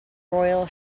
royal